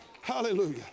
Hallelujah